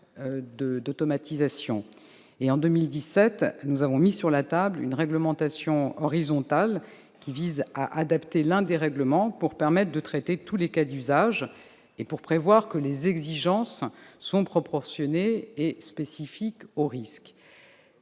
d'automatisation. En 2017, nous avons mis sur la table une réglementation horizontale visant à adapter l'un des règlements afin de permettre de traiter tous les cas d'usage et de prévoir que les exigences soient proportionnées et spécifiques aux risques.